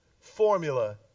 formula